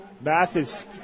Mathis